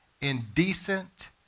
indecent